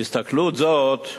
בהסתכלות זו,